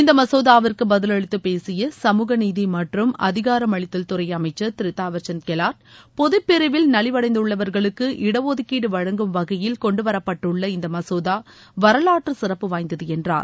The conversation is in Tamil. இந்த மசோதாவிற்கு பதிலளித்து பேசிய கமுக நீதி மற்றும் அதிகாரமளித்தல்துறை அமைச்சர் திரு தாவர்சந்த் கெலாட் பொதுப் பிரிவில் நலிவடைந்துள்ளவர்களுக்கு இடஒதுக்கீடு வழங்கும் வகையில் கொண்டுவரப்பட்டுள்ள இந்த மசோதா வரலாற்றுச் சிறப்பு வாய்ந்தது என்றார்